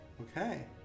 Okay